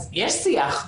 אז יש שיח.